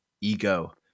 ego